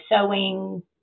sewing